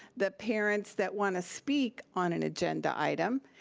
that parents that want to speak on and agenda item,